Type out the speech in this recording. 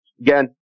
again